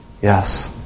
yes